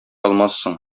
алмассың